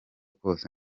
kose